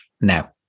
now